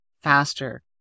faster